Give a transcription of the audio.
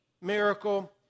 miracle